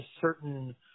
certain